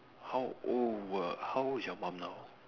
how old were how old is your mum now